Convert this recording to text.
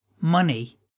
Money